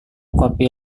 kopi